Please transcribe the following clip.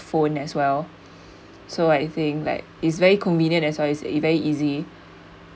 phone as well so I think like it's very convenient as what I say it's very easy